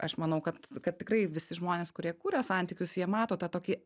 aš manau kad kad tikrai visi žmonės kurie kuria santykius jie mato tą tokį